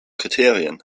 kriterien